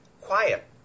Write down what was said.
quiet